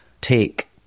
take